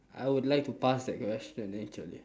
I would like to pass that question actually